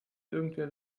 irgendwer